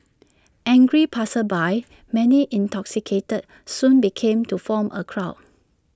angry passersby many intoxicated soon began to form A crowd